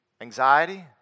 Anxiety